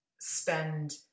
spend